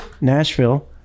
Nashville